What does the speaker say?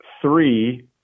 three